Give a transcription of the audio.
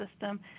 system